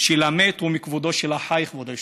של המת הוא מכבודו של החי, כבוד היושב-ראש,